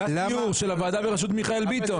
היה סיור של הוועדה בראשות מיכאל ביטון.